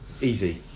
Easy